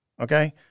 okay